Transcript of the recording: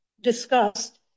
discussed